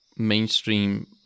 mainstream